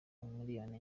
miliyoni